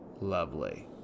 Lovely